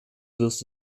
wirst